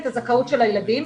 את הזכאות של הילדים,